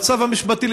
המצב המשפטי,